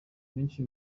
benshi